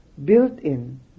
built-in